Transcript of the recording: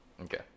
Okay